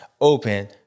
open